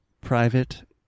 private